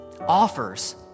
offers